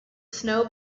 snow